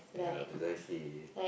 ya precisely